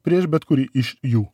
prieš bet kurį iš jų